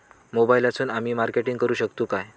मोबाईलातसून आमी मार्केटिंग करूक शकतू काय?